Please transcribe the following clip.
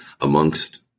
amongst